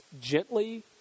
gently